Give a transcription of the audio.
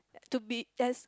to be there's